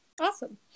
awesome